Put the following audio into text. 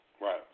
Right